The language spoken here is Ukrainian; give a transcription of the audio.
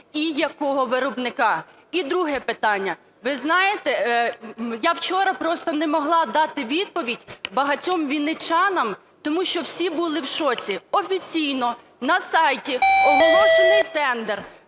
і якого виробника? І друге питання. Ви знаєте, я вчора просто не могла дати відповідь багатьом вінничанам, тому що всі були в шоці: офіційно на сайті оголошений тендер